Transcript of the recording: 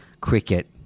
Cricket